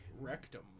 rectum